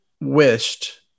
wished